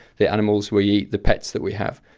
the animals we eat, the pets that we have,